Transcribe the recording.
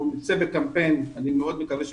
אנחנו נצא בקמפיין, אני מאוד מקווה שבקרוב.